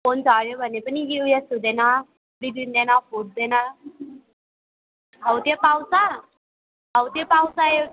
phone झर्यो भने पनि हुँदैन बिग्रिँदैन फुट्दैन हो त्यो पाउँछ हो त्यो पाउँछ